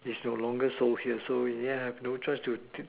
it's no longer social so yeah have no choice to